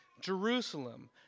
Jerusalem